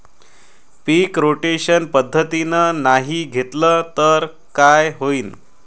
पीक rotation पद्धतीनं नाही घेतलं तर काय होईन?